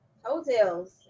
hotels